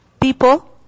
people